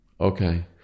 Okay